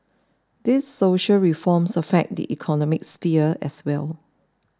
these social reforms affect the economic sphere as well